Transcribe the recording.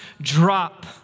drop